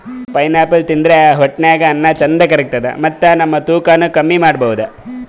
pineapple ತಿಂದ್ರ್ ಹೊಟ್ಟ್ಯಾಗ್ ಅನ್ನಾ ಚಂದ್ ಕರ್ಗತದ್ ಮತ್ತ್ ನಮ್ ತೂಕಾನೂ ಕಮ್ಮಿ ಮಾಡ್ಕೊಬಹುದ್